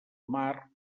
mar